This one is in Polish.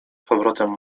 powrotem